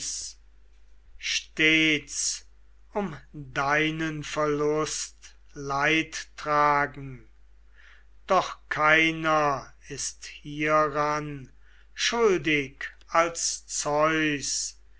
um deinen verlust leidtragen doch keiner ist hieran schuldig als zeus